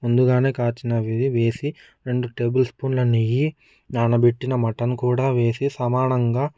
ముందుగానే కాచిన వీధి వేసి రెండు టేబుల్ స్పూన్ల నెయ్యి నానబెట్టిన మటన్ కూడా వేసి సమానంగా